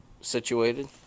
situated